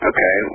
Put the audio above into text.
Okay